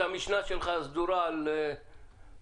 המשנה הסדורה שלך על תחרות